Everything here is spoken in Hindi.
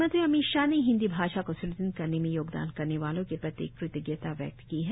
गृहमंत्री अमित शाह ने हिन्दी भाषा को स्दृढ़ करने में योगदान करने वालों के प्रति कृतजता व्यक्त की है